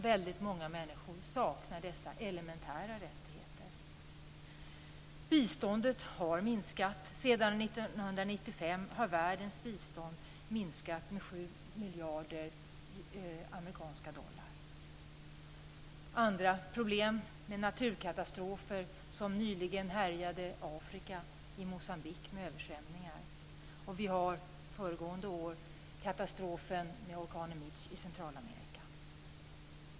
Väldigt många människor saknar dessa elementära rättigheter. Biståndet har minskat. Sedan 1995 har världens bistånd minskat med 7 miljarder amerikanska dollar. Andra problem har uppkommit i samband med naturkatastrofer, som den som nyligen härjade i Moçambique i Afrika med översvämningar. Föregående år hade vi katastrofen med orkanen Mitch i Centralamerika.